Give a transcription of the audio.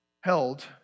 held